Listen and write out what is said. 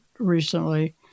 recently